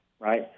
right